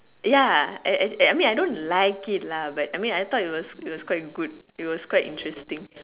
ya I I I mean I don't like it lah but I mean I thought it was it was quite good it was quite interesting